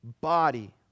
body